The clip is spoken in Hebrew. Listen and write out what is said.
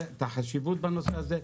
חשיבות הנושא הזה.